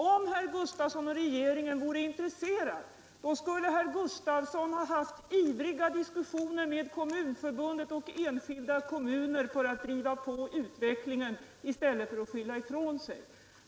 Om regeringen och herr Gustavsson hade varit intresserade, så skulle socialministern ha fört ivriga diskussioner med Kommunförbundet och enskilda kommuner för att driva på utvecklingen i stället för att skylla ifrån sig.